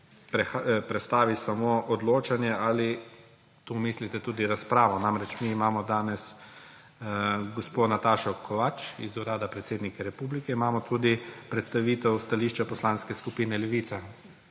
prestavi samo odločanje, ali tu mislite tudi razpravo. Namreč, mi imamo danes gospo Natašo Kovač, iz Urada predsednika republike, imamo tudi predstavitev stališča Poslanske skupine Levica.